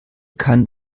kann